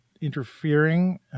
interfering